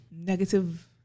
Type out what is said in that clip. negative